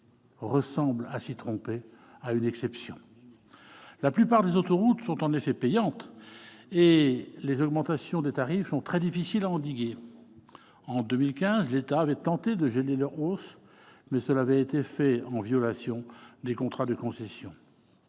La plupart des autoroutes sont en effet payantes et les augmentations des tarifs sont très difficiles à endiguer. En 2015, l'État a tenté de geler leur hausse, mais cela a été fait en violation des contrats de concessions.